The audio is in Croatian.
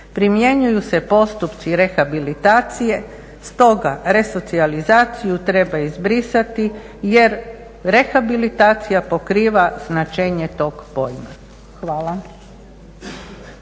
Primjenjuju se postupci rehabilitacije, stoga resocijalizaciju treba izbrisati jer rehabilitacija pokriva značenje tog pojma. Hvala.